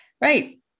Right